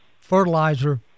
fertilizer